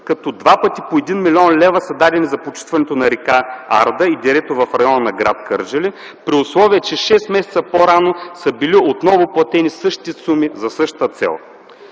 като два пъти по 1 млн. лв. са дадени за почистването на р. Арда и дерето в района на гр. Кърджали при условие, че 6 месеца по-рано са били отново платени същите суми за същата цел.